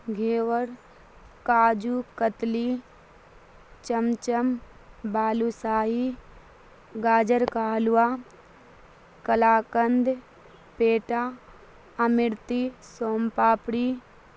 گھیور کاجو کتلی چمچم بالوساہی گاجر کل ہلوا کلاکند پیٹا امرتی سوم پاپڑی